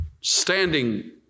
standing